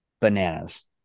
Bananas